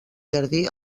jardí